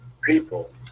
people